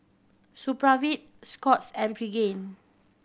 Supravit Scott's and Pregain